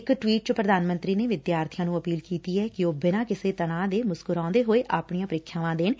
ਇਕ ਟਵੀਟ ਚ ਪੁਧਾਨ ਮੰਤਰੀ ਨੇ ਵਿਦਿਆਰਥੀਆਂ ਨੂੰ ਅਪੀਲ ਕੀਤੀ ਐ ਕਿ ਉਹ ਬਿਨਾਂ ਕਿਸੇ ਤਣਾਅ ਦੇ ਮੁਸਕਰਾਂਦੇ ਹੋਏ ਆਪਣੀਆਂ ਪ੍ਰੀਖਿਆਵਾਂ ਦੇਣ